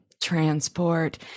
transport